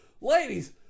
Ladies